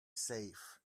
safe